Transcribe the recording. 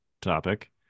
topic